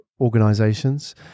organizations